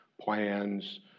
plans